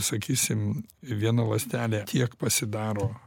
sakysim viena ląstelė tiek pasidaro